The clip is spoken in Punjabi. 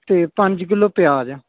ਅਤੇ ਪੰਜ ਕਿੱਲੋ ਪਿਆਜ਼